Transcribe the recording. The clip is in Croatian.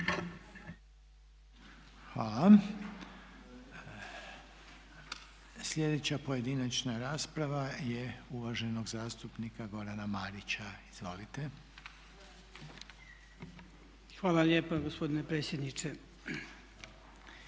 Hvala. Sljedeća pojedinačna rasprava je uvaženog zastupnika Gorana Marića, izvolite. **Marić, Goran (HDZ)** Hvala lijepa gospodine predsjedniče.